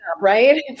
right